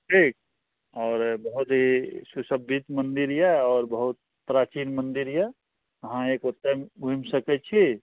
ठीक आओर बहुत ही सुसज्जित मंदिर यऽ आओर बहुत प्राचीन मन्दिर यऽ अहाँ एक ओतऽ घुमि सकैत छी